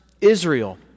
Israel